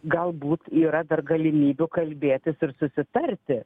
galbūt yra dar galimybių kalbėtis ir susitarti